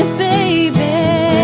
baby